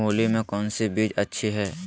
मूली में कौन सी बीज अच्छी है?